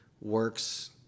works